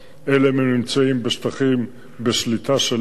אלה הם הממצאים בשטחים בשליטה שלנו.